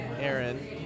Aaron